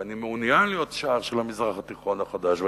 ואני מעוניין להיות שער של המזרח התיכון החדש.